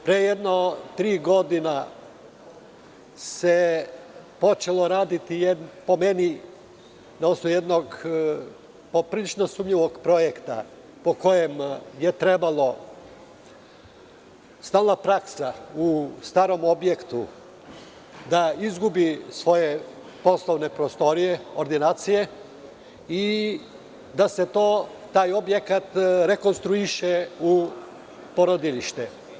Pre tri godine počelo se raditi na osnovu jednog poprilično sumnjivog projekta, po kojem je trebala stalna praksa u starom objektu, da izgubi svoje poslovne prostorije, ordinacije i da se taj objekat rekonstruiše u porodilište.